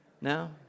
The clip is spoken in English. No